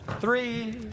Three